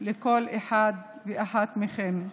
לכל אחד ואחת מכם,